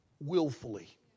Willfully